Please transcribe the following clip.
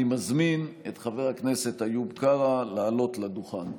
אני מזמין את חבר הכנסת איוב קרא לעלות לדוכן.